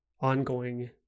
ongoing